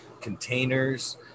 containers